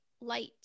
light